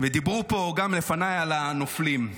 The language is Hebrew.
ודיברו פה גם לפניי על הנופלים.